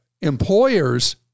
employers